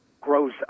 grows